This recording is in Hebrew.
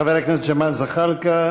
חבר הכנסת ג'מאל זחאלקה,